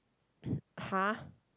!huh!